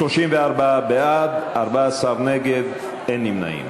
הצעת חוק להפחתת הגירעון והגבלת ההוצאה התקציבית